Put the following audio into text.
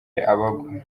abagwa